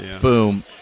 boom